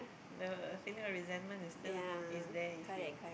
then feeling of resentment is still is there if you